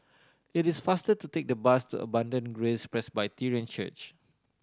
it is faster to take the bus to Abundant Grace Presbyterian Church